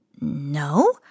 No